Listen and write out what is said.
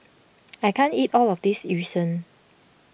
I can't eat all of this Yu Sheng